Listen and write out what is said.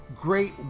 Great